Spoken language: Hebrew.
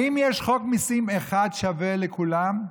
האם יש חוק מיסים אחד שווה לכולם?